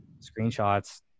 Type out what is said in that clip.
screenshots